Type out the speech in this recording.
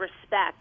Respect